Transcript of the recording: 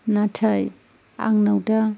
नाथाय आंनाव दा